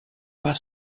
pas